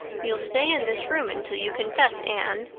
you'll stay in this room until you confess, anne.